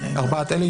ארבע אלה,